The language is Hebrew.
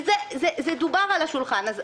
זה דובר על השולחן.